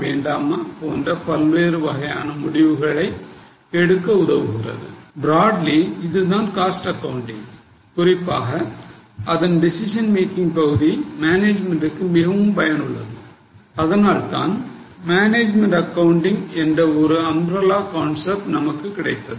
வேண்டாமா போன்ற பல்வேறு வகையான முடிவுகளை எடுக்க உதவுகிறது Broadly இதுதான் காஸ்ட் ஆக்கவுண்டிங் குறிப்பாக அதன் decision making பகுதி மேனேஜ்மென்ட்க்கு மிகவும் பயனுள்ளது அதனால்தான் மேனேஜ்மெண்ட் அக்கவுண்டிங் என்ற ஒரு அம்ரல்லா கான்செப்ட் நமக்கு கிடைத்தது